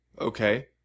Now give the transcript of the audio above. Okay